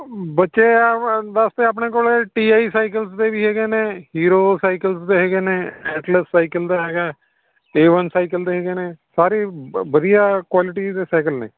ਬੱਚਿਆ ਵਾਸਤੇ ਆਪਣੇ ਕੋਲ ਟੀ ਆਈ ਸਾਈਕਲਸ ਦੇ ਵੀ ਹੈਗੇ ਨੇ ਹੀਰੋ ਸਾਈਕਲਸ ਦੇ ਹੈਗੇ ਨੇ ਐਟਲਸ ਸਾਈਕਲ ਦਾ ਹੈਗਾ ਏ ਵੰਨ ਸਾਈਕਲ ਅਤੇ ਹੈਗੇ ਨੇ ਸਾਰੇ ਵਧੀਆ ਕੁਆਲਿਟੀਜ਼ ਸਾਈਕਲ ਨੇ